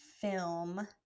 film